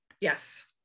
Yes